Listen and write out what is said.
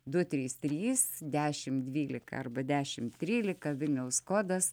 du trys trys dešimt dvylika arba dešimt trylika vilniaus kodas